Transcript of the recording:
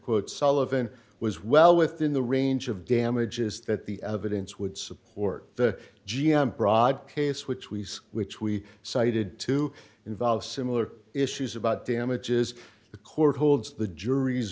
quote sullivan was well within the range of damages that the evidence would support the g m brod case which we saw which we cited to involve similar issues about damages the court holds the jur